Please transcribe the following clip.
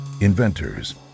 inventors